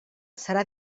serà